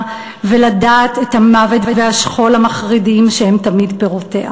ולדעת את המוות והשכול המחרידים שהם תמיד פירותיה.